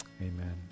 Amen